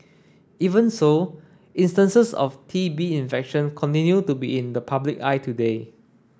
even so instances of T B infection continue to be in the public eye today